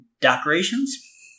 decorations